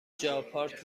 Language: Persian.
جاپارک